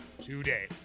today